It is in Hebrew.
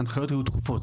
ההנחיות היו דחופות.